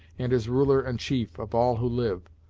and is ruler and chief of all who live,